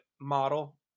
model